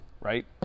right